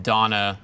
Donna